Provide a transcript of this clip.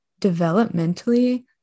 developmentally